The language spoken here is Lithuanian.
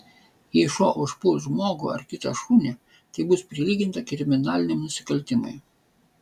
jei šuo užpuls žmogų ar kitą šunį tai bus prilyginta kriminaliniam nusikaltimui